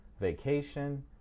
vacation